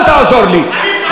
אל תעזור לי.